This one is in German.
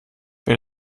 wer